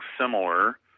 similar